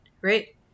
right